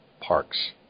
parks